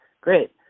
Great